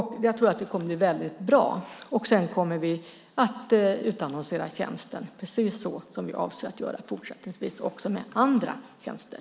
Jag tror att det kommer att bli väldigt bra. Sedan kommer vi att utannonsera tjänsten precis såsom vi avser att göra fortsättningsvis också med andra tjänster.